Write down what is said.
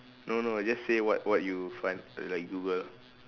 no no just say what what you find like Google